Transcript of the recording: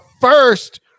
first